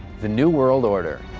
the new world order.